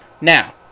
Now